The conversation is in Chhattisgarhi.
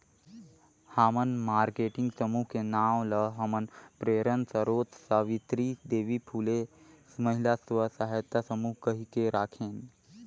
हमन मारकेटिंग समूह के नांव ल हमर प्रेरन सरोत सावित्री देवी फूले महिला स्व सहायता समूह कहिके राखेन